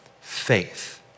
faith